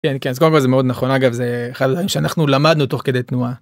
כן כן, קודם כל זה מאוד נכון. אגב, זה אחד הדברים שאנחנו למדנו תוך כדי תנועה.